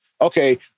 Okay